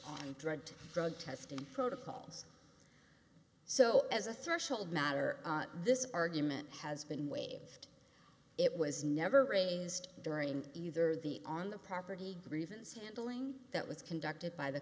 on drug drug testing protocols so as a threshold matter this argument has been waived it was never raised during either the on the property grievance handling that was conducted by the